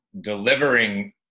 delivering